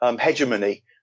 hegemony